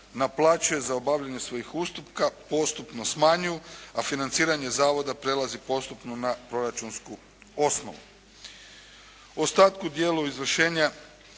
naplaćuje za obavljanje svojih ustupka postupno smanjuje, a financiranje Zavoda prelazi postupno na proračunsku osnovu. U ostatku, dijelu izvršenja,